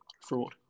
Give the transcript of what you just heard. Fraud